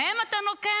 בהם אתה נוקם?